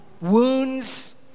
wounds